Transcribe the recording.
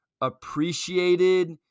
appreciated